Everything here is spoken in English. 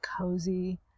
cozy